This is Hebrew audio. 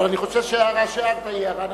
אני חושב שההערה שהערת היא הערה נכונה.